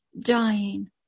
dying